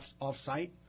off-site